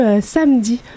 samedi